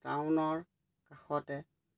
টাউনৰ কাষতে